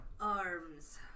Arms